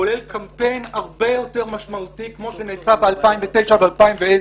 כולל קמפיין הרבה יותר משמעותי כמו שנעשה ב-2009 וב-2010,